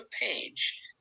page